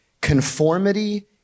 Conformity